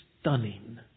stunning